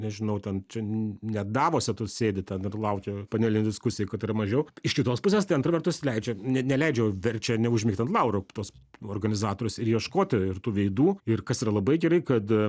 nežinau ten čia ne davose tu sėdi ten ir lauki panelių diskusijų kad yra mažiau iš kitos pusės tai antra vertus leidžia ne neleidžia verčia neužmigt ant laurų tuos organizatorius ir ieškoti ir tų veidų ir kas yra labai gerai kad